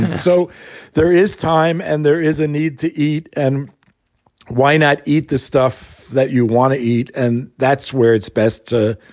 so there is time and there is a need to eat. and why not eat the stuff that you want to eat? and that's where it's best to